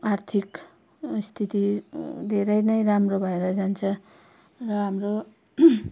आर्थिक स्थिति धेरै नै राम्रो भएर जान्छ र हाम्रो